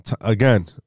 again